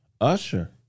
Usher